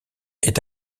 est